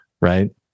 right